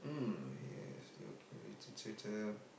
yes it's it's a